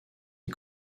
des